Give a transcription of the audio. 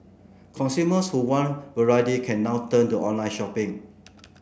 consumers who want variety can now turn to online shopping